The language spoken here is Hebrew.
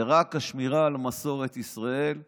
זה רק השמירה על מסורת ישראל והיהדות.